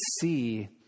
see